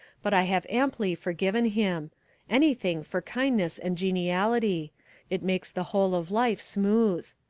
but i have amply forgiven him anything for kindness and geniality it makes the whole of life smooth.